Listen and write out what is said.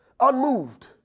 unmoved